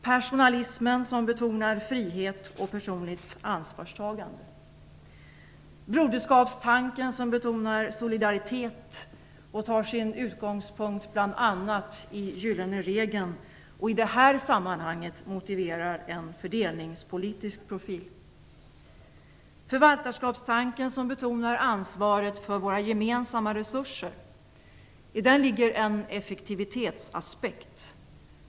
Personalismen betonar frihet och personligt ansvarstagande. Broderskapstanken betonar solidaritet, tar sin utgångspunkt bl.a. i den gyllene regeln och motiverar i det här sammanhanget en fördelningspolitisk profil. Förvaltarskapstanken betonar ansvaret för våra gemensamma resurser. I den ligger en effektivitetsaspekt.